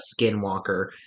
skinwalker